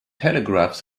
telegraph